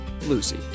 Lucy